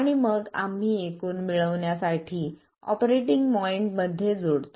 आणि मग आम्ही एकूण मिळविण्यासाठी ऑपरेटिंग पॉईंटमध्ये जोडतो